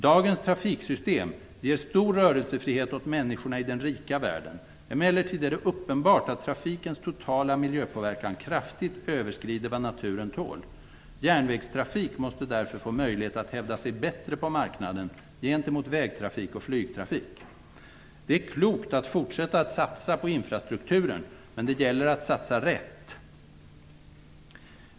Dagens trafiksystem ger stor rörelsefrihet åt människorna i den rika världen. Emellertid är det uppenbart att trafikens totala miljöpåverkan kraftigt överskrider vad naturen tål. Järnvägstrafik måste därför få möjlighet att hävda sig bättre på marknaden gentemot vägtrafik och flygtrafik. Det är klokt att fortsätta att satsa på infrastrukturen, men det gäller att satsa rätt.